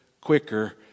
quicker